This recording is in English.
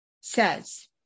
says